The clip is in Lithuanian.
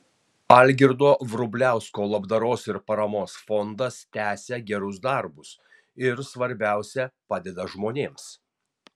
algirdo vrubliausko labdaros ir paramos fondas tęsia gerus darbus ir svarbiausia padeda žmonėms